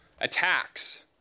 Attacks